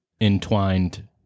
entwined